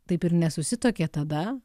taip ir nesusituokė tada